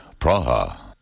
Praha